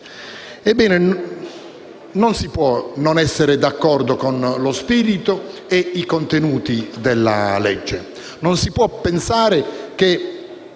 Ebbene, non si può non essere d'accordo con lo spirito e i contenuti del disegno di legge. Non si può pensare che